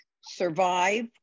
survive